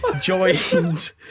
Joined